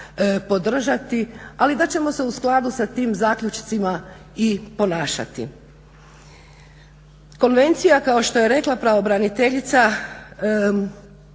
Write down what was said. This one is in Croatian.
ali da ćemo se u skladu sa tim zaključcima i ponašati. Konvencija, kao što je rekla pravobraniteljica